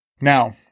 now